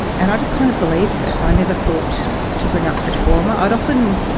and i just kind of believed it, i never thought to bring up the trauma. i had often,